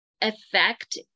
effect